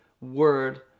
word